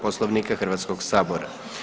Poslovnika Hrvatskog sabora.